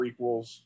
prequels